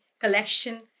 collection